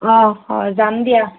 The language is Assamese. অ' যাম দিয়া